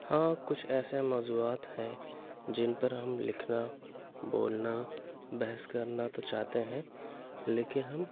ہاں کچھ ایسے موضوعات ہیں جن پر ہم لکھنا بولنا بحث کرنا تو چاہتے ہیں لیکن ہم